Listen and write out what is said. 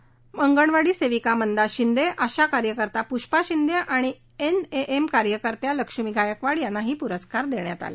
गांडोळे येथील अंगणवाडी सेविका मंदा शिंदे आशा कार्यकर्त्या पुष्पा शिंदे आणि एएनएम कार्यकर्त्या लक्ष्मी गायकवाड यांनाही पुरस्कार देण्यात आला